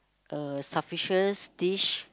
a sumptuous dish